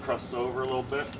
crosses over a little bit